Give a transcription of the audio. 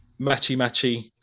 matchy-matchy